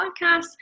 podcast